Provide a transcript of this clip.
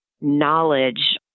knowledge